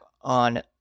on